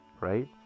right